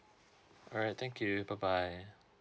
alright thank you bye bye